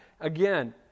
Again